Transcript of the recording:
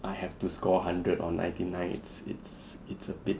I have to score hundred or ninety nine it's it's it's a bit